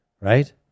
right